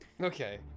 Okay